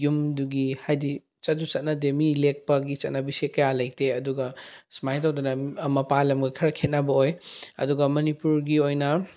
ꯌꯨꯝꯗꯨꯒꯤ ꯍꯥꯏꯗꯤ ꯆꯠꯁꯨ ꯆꯠꯅꯗꯦ ꯃꯤ ꯂꯦꯛꯄꯒꯤ ꯆꯠꯅꯕꯤꯁꯦ ꯀꯌꯥ ꯂꯩꯇꯦ ꯑꯗꯨꯒ ꯁꯨꯃꯥꯏꯅ ꯇꯧꯗꯅ ꯃꯄꯥꯜ ꯂꯝꯒ ꯈꯔ ꯈꯦꯠꯅꯕ ꯑꯣꯏ ꯑꯗꯨꯒ ꯃꯅꯤꯄꯨꯔꯒꯤ ꯑꯣꯏꯅ